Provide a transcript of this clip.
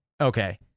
Okay